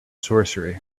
sorcery